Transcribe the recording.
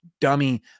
dummy